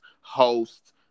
host